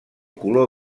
color